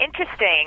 interesting